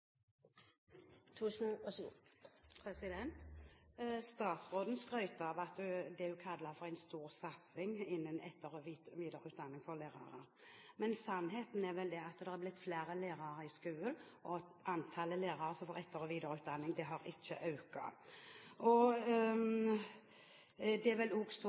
Statsråden skryter av det hun kaller for en stor satsing innen etter- og videreutdanning for lærere. Sannheten er vel at det er blitt flere lærere i skolen, og at antallet lærere som får etter- og videreutdanning, ikke har økt. Og det er vel